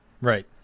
Right